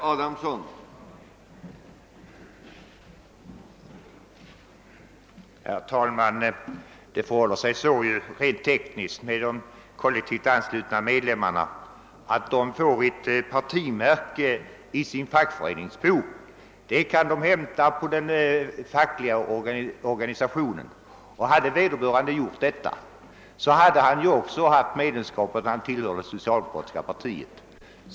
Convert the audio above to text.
Herr talman! Det förhåller sig rent tekniskt så att de kollektivt anslutna medlemmarna får ett partimärke i sin fackföreningsbok. Det kan de hämta hos den fackliga organisationen. Hade vederbörande gjort detta, hade han också haft ett bevis för att han tillhörde det socialdemokratiska partiet.